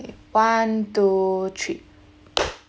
one two three